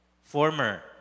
former